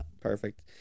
Perfect